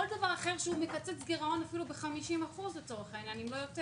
כל דבר אחר שהוא מקצץ גירעון אפילו ב-50% אם לא יותר?